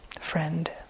friend